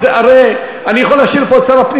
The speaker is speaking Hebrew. הרי אני יכול להשאיר פה את שר הפנים